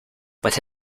but